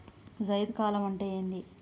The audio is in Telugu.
జైద్ కాలం అంటే ఏంది?